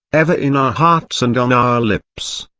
ever in our hearts and on our lips.